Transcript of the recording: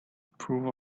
approve